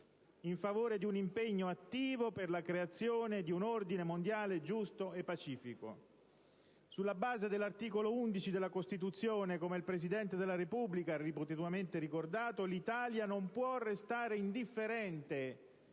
in favore di un impegno attivo per la creazione di un ordine mondiale giusto e pacifico. Sulla base dell'articolo 11 della Costituzione, come il Presidente della Repubblica ha ripetutamente ricordato, l'Italia non può restare indifferente